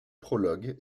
prologue